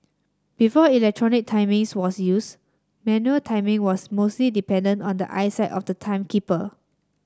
before electronic timings was used manual timing was mostly dependent on the eyesight of the timekeeper